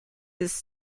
this